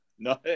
No